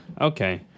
okay